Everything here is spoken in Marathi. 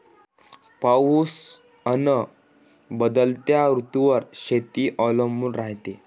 पाऊस अन बदलत्या ऋतूवर शेती अवलंबून रायते